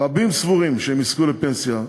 רבים סבורים שהם יזכו לפנסיה,